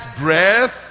breath